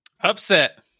Upset